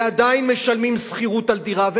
ועדיין משלמים דמי שכירות על דירה,